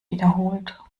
wiederholt